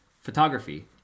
photography